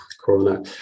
Corona